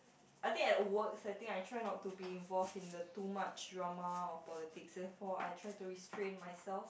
I think at work I think I try not to be involved in the too much drama or politics therefore I try to restrain myself